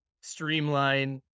streamline